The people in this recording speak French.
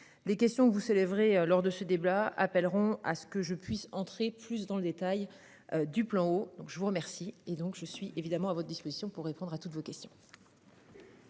Les questions que vous célébrez lors de ce débat appelleront à ce que je puisse entrer plus dans le détail du plan eau donc je vous remercie et donc je suis évidemment à votre disposition pour répondre à toutes vos questions.